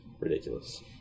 Ridiculous